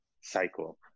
cycle